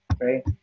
right